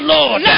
Lord